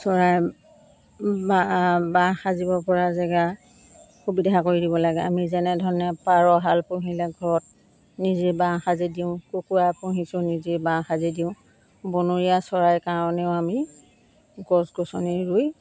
চৰাই বাঁহ সাজিব পৰা জেগা সুবিধা কৰি দিব লাগে আমি যেনেধৰণে পাৰ এহাল পুহিলে ঘৰত নিজে বাঁহ সাজি দিওঁ কুকুৰা পুহিছোঁ নিজে বাঁহ সাজি দিওঁ বনৰীয়া চৰাইৰ কাৰণেও আমি গছ গছনি ৰুই